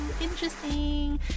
interesting